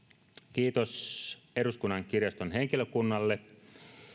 kiitos eduskunnan kirjaston henkilökunnalle